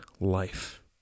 life